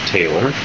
Taylor